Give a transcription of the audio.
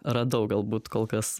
radau galbūt kol kas